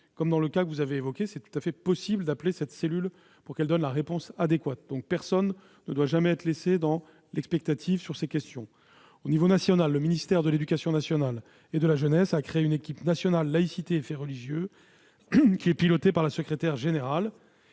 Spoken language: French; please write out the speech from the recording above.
Ainsi, dans le cas que vous avez évoqué, il est possible de solliciter cette cellule pour obtenir la réponse adéquate. Personne ne doit être laissé dans l'expectative sur ces questions. Au niveau national, le ministère de l'éducation nationale et de la jeunesse a créé une équipe nationale « laïcité et faits religieux » pilotée par la secrétaire générale.